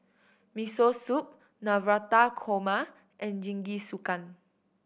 Miso Soup Navratan Korma and Jingisukan